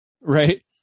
right